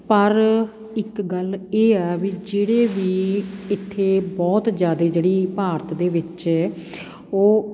ਪਰ ਇੱਕ ਗੱਲ ਇਹ ਹੈ ਵੀ ਜਿਹੜੇ ਵੀ ਇੱਥੇ ਬਹੁਤ ਜ਼ਿਆਦਾ ਜਿਹੜੀ ਭਾਰਤ ਦੇ ਵਿੱਚ ਉਹ